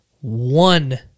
one